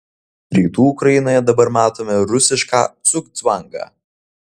rytų ukrainoje dabar matome rusišką cugcvangą